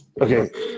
Okay